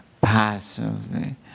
passively